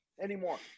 anymore